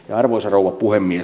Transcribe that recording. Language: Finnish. arvoisa puhemies